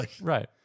Right